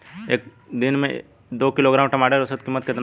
एक दिन में दो किलोग्राम टमाटर के औसत कीमत केतना होइ?